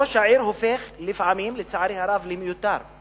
ראש העיר הופך לפעמים, לצערי הרב, למיותר,